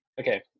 Okay